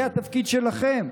זה התפקיד שלכם,